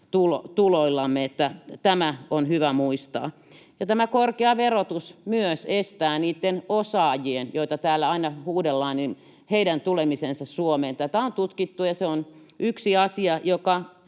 tuloillamme. Tämä on hyvä muistaa. Korkea verotus myös estää niitten osaajien, joita täällä aina huudellaan, tulemisen Suomeen. Tätä on tutkittu, ja se on yksi asia, joka